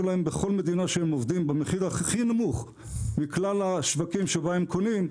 להם בכל מדינה שהם עובדים במחיר הכי נמוך מכלל השווקים שבה הם קונים,